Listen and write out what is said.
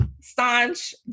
staunch